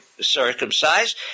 circumcised